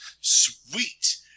Sweet